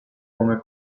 come